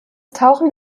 tauchen